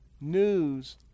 news